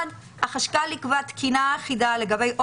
דבר ראשון,